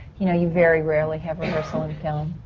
you know, you very rarely have rehearsal in film.